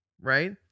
right